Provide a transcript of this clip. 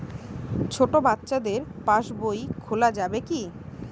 ছোট বাচ্চাদের পাশবই খোলা যাবে কি?